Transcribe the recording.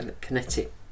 kinetic